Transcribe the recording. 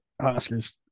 Oscars